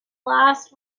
last